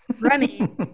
Remy